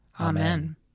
Amen